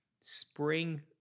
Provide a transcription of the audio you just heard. spring